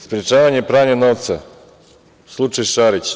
Sprečavanje pranja novca, slučaj Šarić.